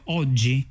oggi